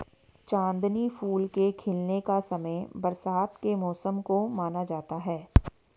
चांदनी फूल के खिलने का समय बरसात के मौसम को माना जाता है